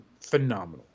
phenomenal